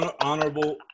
honorable